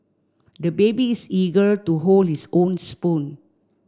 the baby is eager to hold his own spoon